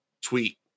tweet